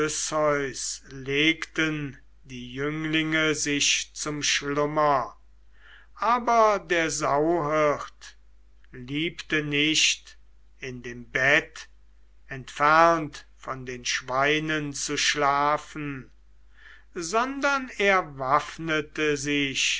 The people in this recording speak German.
legten die jünglinge sich zum schlummer aber der sauhirt liebte nicht in dem bett entfernt von den schweinen zu schlafen sondern er waffnete sich